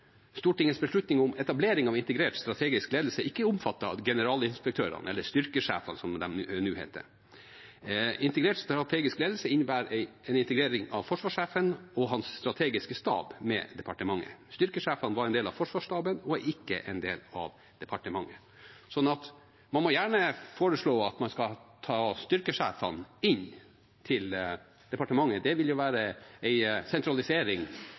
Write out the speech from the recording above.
Stortingets beslutning om etablering av integrert strategisk ledelse ikke omfattet generalinspektørene, eller styrkesjefene som de nå heter. Integrert strategisk ledelse innebærer en integrering av forsvarssjefen og hans strategiske stab med departementet. Styrkesjefene var en del av forsvarsstaben og er ikke en del av departementet. Man må gjerne foreslå at man skal ta styrkesjefene inn til departementet – det vil da være en sentralisering